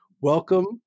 Welcome